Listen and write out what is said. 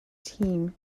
team